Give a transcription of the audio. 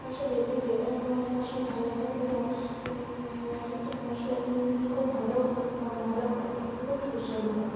ফসল এমনিতে ফসল ভালো হয় এবং এক একেকটা ফসল খুব ভালো কম ভালো হয় খেতে খুব সুস্বাদু হয়